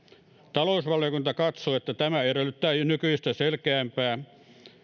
talousvaliokunta katsoo että tämä edellyttää nykyistä selkeämpää